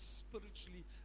spiritually